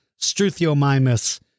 Struthiomimus